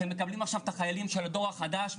אתם מקבלים את החיילים של הדור החדש,